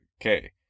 okay